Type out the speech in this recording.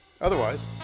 otherwise